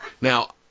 Now